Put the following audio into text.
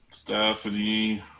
Stephanie